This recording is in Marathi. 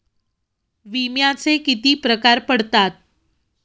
विम्याचे किती प्रकार पडतात?